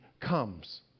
comes